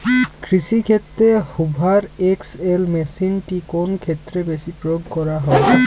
কৃষিক্ষেত্রে Hoover XL মেশিনটি কোন ক্ষেত্রে বেশি প্রয়োগ করা হয়?